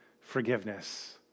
forgiveness